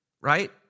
right